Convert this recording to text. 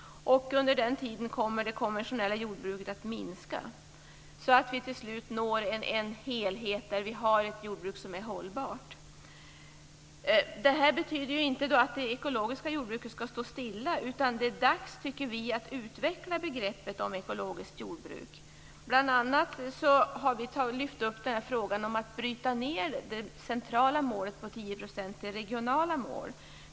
Under den tiden kommer det konventionella jordbruket att minska, så att vi till slut når en helhet där vi har ett jordbruk som är hållbart. Det här betyder inte att det ekologiska jordbruket skall stå stilla. Det är dags, tycker vi, att utveckla begreppet ekologiskt jordbruk. Vi har bl.a. lyft upp frågan om att bryta ned det centrala målet på 10 % till regionala mål.